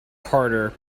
carter